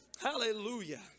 Hallelujah